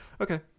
Okay